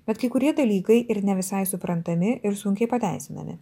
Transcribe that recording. bet kai kurie dalykai ir ne visai suprantami ir sunkiai pateisinami